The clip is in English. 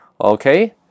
okay